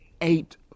eight